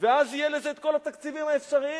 ואז יהיו לזה כל התקציבים האפשריים,